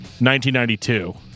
1992